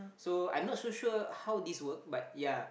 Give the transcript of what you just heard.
so I'm not so sure how this work but ya